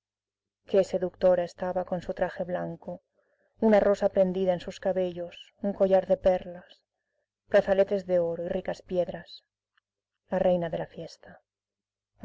qué seductora estaba con su traje blanco una rosa prendida en sus cabellos un collar de perlas brazaletes de oro y ricas piedras la reina de la fiesta